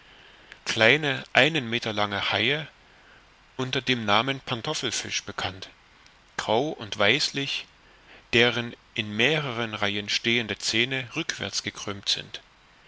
kleine einen meter lange haie unter dem namen pantoffelfisch bekannt grau und weißlich deren in mehrere reihen stehende zähne rückwärts gekrümmt sind